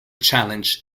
challenge